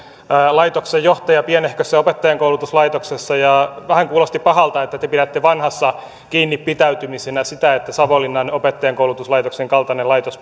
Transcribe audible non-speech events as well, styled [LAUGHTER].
laitoksen johtaja pienehkössä opettajankoulutuslaitoksessa ja vähän kuulosti pahalta että te pidätte vanhassa kiinni pitäytymisenä sitä että savonlinnan opettajankoulutuslaitoksen kaltainen laitos [UNINTELLIGIBLE]